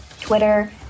Twitter